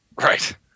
right